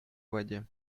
воде